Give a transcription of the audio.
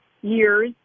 years